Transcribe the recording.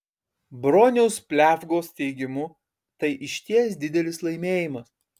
broniaus pliavgos teigimu tai išties didelis laimėjimas